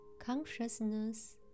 consciousness